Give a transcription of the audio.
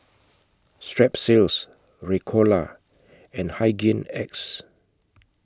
Strepsils Ricola and Hygin X